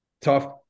tough